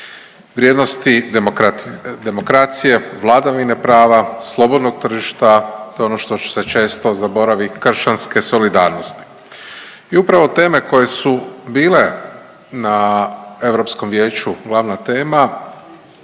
Vrijednosti demokracije, vladavine prava, slobodnog tržišta to je ono što će se često zaboravi kršćanske solidarnosti. I upravo teme koje su bile na Europskom vijeću glavna tema